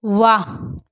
ವಾಹ್